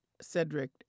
Cedric